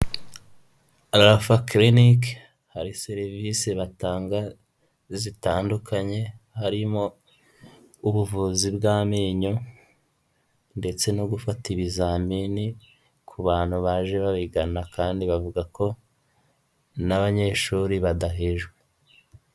RAPHA CLINIC, hari serivisi batanga zitandukanye harimo ubuvuzi bw'amenyo, ndetse no gufata ibizamini ku bantu baje babigana, kandi bavuga ko n'abanyeshuri badahejwe.